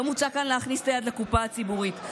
לא מוצע כאן להכניס את היד לקופה הציבורית.